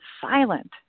silent